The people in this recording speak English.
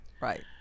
right